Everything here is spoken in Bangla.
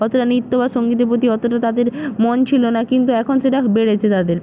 অতটা নৃত্য বা সঙ্গীতের প্রতি অতটা তাদের মন ছিল না কিন্তু এখন সেটা বেড়েছে তাদের